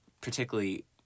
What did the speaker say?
particularly